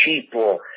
people